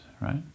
right